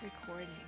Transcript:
recording